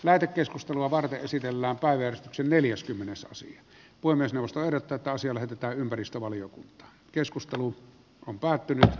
lähetekeskustelua varten esitellään päiviä sen neljäskymmenes osa voi myös nostaa irtokansia lähetetä ympäristövaliokunta keskustelu on päättynyt